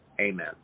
amen